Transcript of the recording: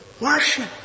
Worship